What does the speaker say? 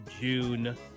June